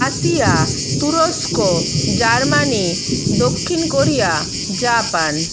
Russia তুরস্ক Germany দক্ষিণ Korea Japan